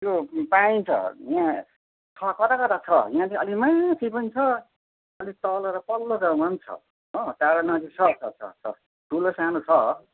त्यो पाइन्छ यहाँ छ कता कता छ यहाँ चाहिँ अलि माथि पनि छ अलिक तल र तल्लो गाउँमा पनि छ हो टाढो नजिक छ छ छ ठुलो सानो छ